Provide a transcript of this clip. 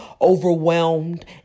overwhelmed